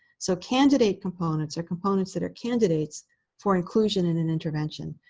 so candidate components are components that are candidates for inclusion in an intervention.